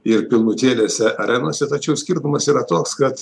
ir pilnutėlėse arenose tačiau skirtumas yra toks kad